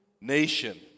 nation